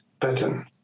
pattern